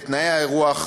ואת תנאי האירוח,